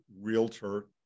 realtor